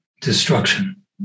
destruction